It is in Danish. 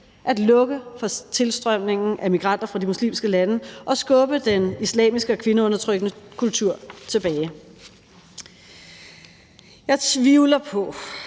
at lukke for tilstrømningen af migranter fra de muslimske lande og skubbe den islamiske og kvindeundertrykkende kultur tilbage. Jeg tvivler på,